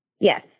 Yes